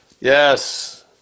yes